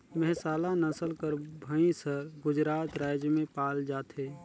मेहसाला नसल कर भंइस हर गुजरात राएज में पाल जाथे